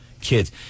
kids